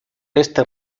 este